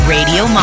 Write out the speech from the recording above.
Radio